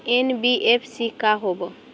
NBFC का होब?